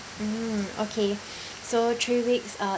mm okay so three weeks uh